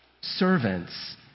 Servants